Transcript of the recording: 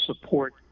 support